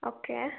okay